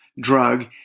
drug